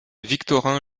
victorin